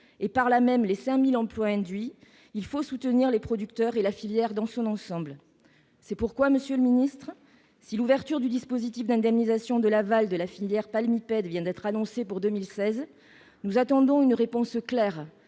et par là même les 5 000 emplois induits, il faut soutenir les producteurs et la filière dans son ensemble. C'est pourquoi, monsieur le ministre, si l'ouverture du dispositif d'indemnisation de l'aval de la filière palmipèdes vient d'être annoncée pour 2016, nous attendons une réponse claire